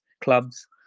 clubs